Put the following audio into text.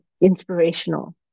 inspirational